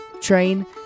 train